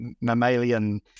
Mammalian